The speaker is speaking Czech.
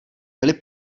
byly